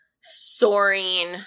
soaring